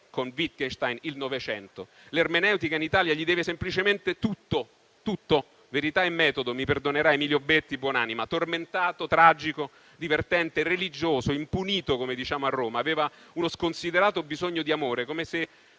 con Wittgenstein il Novecento. L'ermeneutica in Italia gli deve semplicemente tutto: verità e metodo - mi perdonerà Emilio Betti, buonanima. Tormentato, tragico, divertente, religioso, impunito come diciamo a Roma; aveva uno sconsiderato bisogno di amore, come se